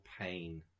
pain